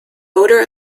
odor